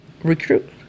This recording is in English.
Recruit